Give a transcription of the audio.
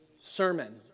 sermon